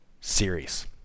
series